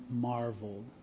marveled